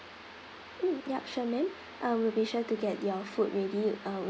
mm yup sure ma'am um we'll be sure to get your food ready uh